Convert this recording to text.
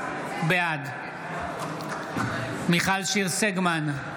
בעד מיכל שיר סגמן,